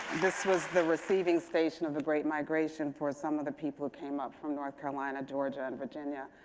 this was the receiving station of the great migration for some of the people who came up from north carolina, georgia, and virginia.